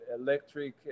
electric